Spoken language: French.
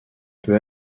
peut